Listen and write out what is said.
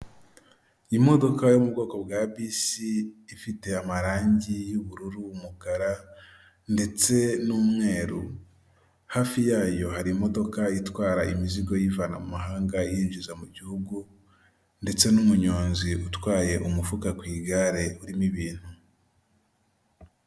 Imodoka yo mu bwoko bwa bisi, ifite amarangi y'ubururu, umukara ndetse n'umweru, hafi yayo hari imodoka itwara imizigo iyivana mu mahanga, iyinjiza mu gihugu ndetse n'umunyonzi utwaye umufuka ku igare urimo ibintu.